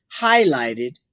highlighted